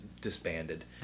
disbanded